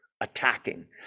attacking